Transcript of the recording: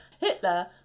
hitler